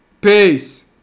Peace